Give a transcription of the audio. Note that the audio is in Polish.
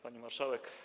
Pani Marszałek!